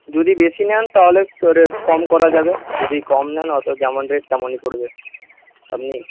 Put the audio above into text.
যদি বেশি নেন তাহলে কম করা যাবে যদি কম নেন অত যেমন রেট তেমনই পড়বে আপনি